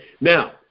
Now